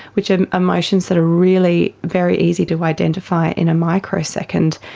which are emotions that are really very easy to identify in a microsecond.